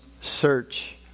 search